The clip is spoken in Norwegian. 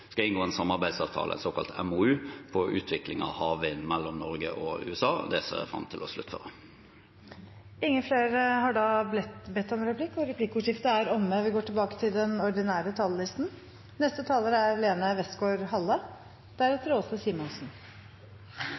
skal inngå en samarbeidsavtale, en såkalt MOU, om utvikling av havvind mellom Norge og USA. Det ser jeg fram til å sluttføre. Replikkordskiftet er omme. De talere som heretter får ordet, har en taletid på inntil 3 minutter. Pessimisten klager over vinden, optimisten forventer at den